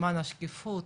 למען השקיפות,